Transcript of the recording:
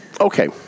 okay